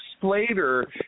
Slater